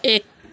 एक